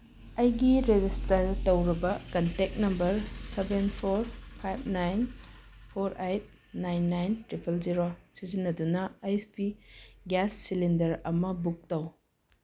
ꯑꯩꯒꯤ ꯔꯦꯖꯤꯁꯇꯔ ꯇꯧꯔꯕ contact number seven four five nine four eight nine nine triple zero ꯁꯤꯖꯤꯟꯅꯗꯨꯅ H P gas cylinder ꯑꯃ book ꯇꯧ